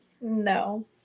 No